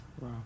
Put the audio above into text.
Wow